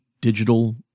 digital